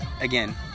again